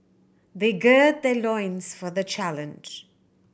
they gird their loins for the challenge